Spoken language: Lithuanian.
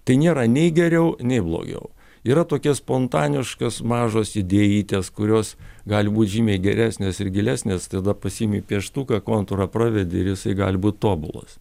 tai nėra nei geriau nei blogiau yra tokia spontaniškas mažos idėjytės kurios gali būt žymiai geresnės ir gilesnės tada pasiimi pieštuką kontūrą pravedi ir jisai gali būt tobulas